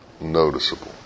noticeable